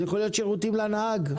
יכולים להיות שירותים לנהג,